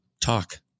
talk